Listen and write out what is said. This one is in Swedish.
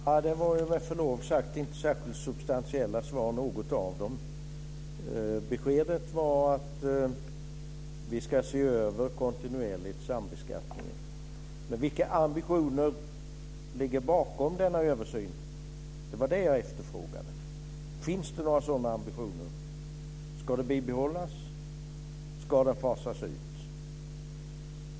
Herr talman! Det var med förlov sagt inte särskilt substantiella svar något av dem. Beskedet var att sambeskattningen ska ses över kontinuerligt. Men vilka ambitioner ligger bakom denna översyn? Det var det som jag efterfrågade. Finns det några sådana ambitioner? Ska sambeskattningen bibehållas eller ska den fasas ut?